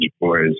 boys